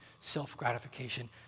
self-gratification